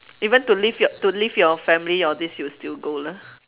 even to leave your to leave your family all this you will still go lah